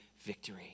victory